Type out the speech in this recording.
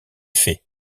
fait